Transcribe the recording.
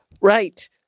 Right